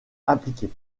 appliquée